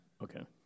Okay